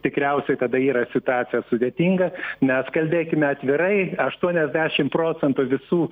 tikriausiai tada yra situacija sudėtinga mes kalbėkime atvirai aštuoniasdešim procentų visų